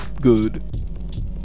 good